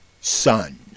son